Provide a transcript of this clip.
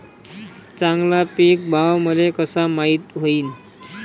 चांगला पीक भाव मले कसा माइत होईन?